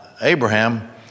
Abraham